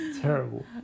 Terrible